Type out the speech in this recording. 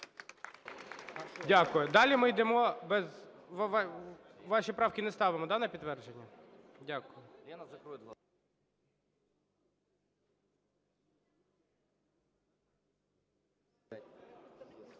Дякую. Далі ми йдемо без… Ваші правки не ставимо, да, на підтвердження? Дякую.